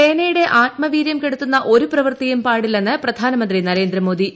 സേനയുടെ ആത്മവീര്യം കെടുത്തുന്ന ഒരു പ്രവൃത്തിയും പാടില്ലെന്ന് പ്രധാനമ്ത്രി ്ന്രേന്ദ്രമോദി